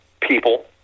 people